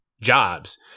jobs